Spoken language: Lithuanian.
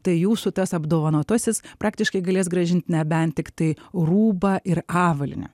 tai jūsų tas apdovanotasis praktiškai galės grąžint nebent tiktai rūbą ir avalynę